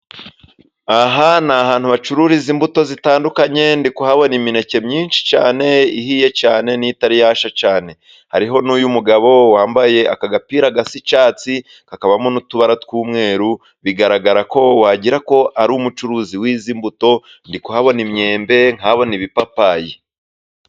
Aha ni ahantu hacururiza imbuto zitandukanye, ndi kuhabona imineke myinshi cyane ihiye cyane n'itari yashya cyane, hariho n'uyu mugabo wambaye aka agapira gasa n'icyatsi, kakabamo n'utubara tw'umweru bigaragara ko wagira ngo ni umucuruzi w'izi mbuto, ndi kuhabona imyembe nkahabona ibipapayi.